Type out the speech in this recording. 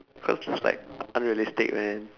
cause that's like unrealistic man